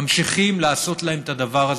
ממשיכים לעשות להם את הדבר הזה.